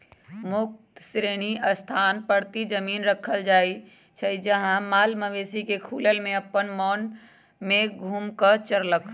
मुक्त श्रेणी स्थान परती जमिन रखल जाइ छइ जहा माल मवेशि खुलल में अप्पन मोन से घुम कऽ चरलक